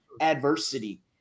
adversity